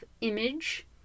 image